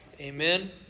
Amen